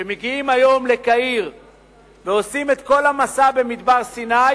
שמגיעים היום לקהיר ועושים את כל המסע במדבר סיני